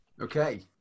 Okay